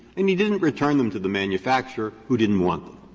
and he didn't return them to the manufacturer, who didn't want them.